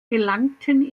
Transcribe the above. gelangten